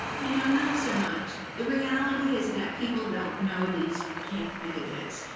you know, not so much. the reality is that people don't know these candidates.